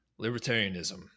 Libertarianism